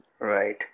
Right